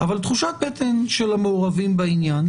אבל תחושת הבטן של המעורבים בעניין,